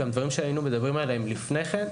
דברים שגם היינו מדברים עליהם לפני כן.